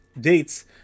dates